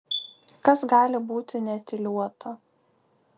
kas gali būti neetiliuota